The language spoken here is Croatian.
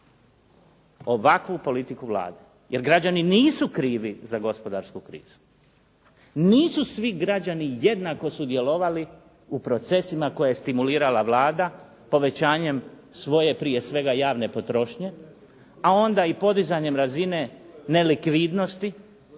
ovakvu politiku Vlade, jer građani nisu krivi za gospodarsku krizu. Nisu svi građani jednako sudjelovali u procesima koje je stimulirala Vlada povećanjem svoje prije svega javne potrošnje a onda i podizanjem razine nelikvidnosti